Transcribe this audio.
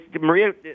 Maria